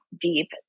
deep